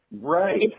Right